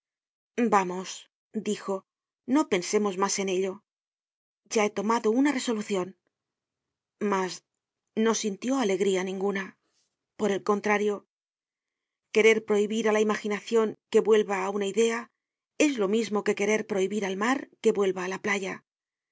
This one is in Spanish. vamos dijo no pensemos mas en ello ya he tomado una resolucion mas no sintió alegría ninguna por el contrario querer prohibir á la imaginacion que vuelva á una idea es lo mismo que querer prohibir al mar que vuelva á la playa